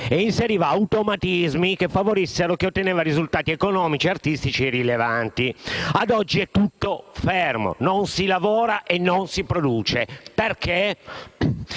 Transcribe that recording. inseriva automatismi che favorivano chi otteneva risultati economici e artistici rilevanti. Ad oggi è tutto fermo, non si lavora e non si produce. Perché?